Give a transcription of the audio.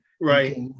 right